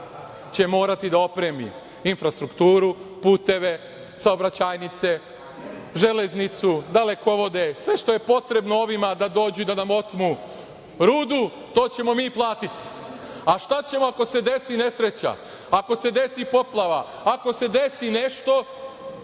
će morati da opremi infrastrukturu, puteve, saobraćajnice, železnicu, dalekovode, sve što je potrebno ovima da dođu i da nam otmu rudu to ćemo mi platiti, a šta ćemo ako se desi nesreća, ako se desi poplava, ako se desi nešto